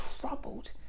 troubled